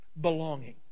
Belonging